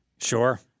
Sure